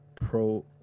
pro